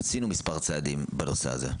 עשינו מספר צעדים בנושא הזה.